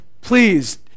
please